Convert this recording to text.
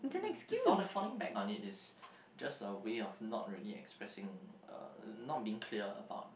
uh falling falling back on it is just a way of not really expressing uh not being clear about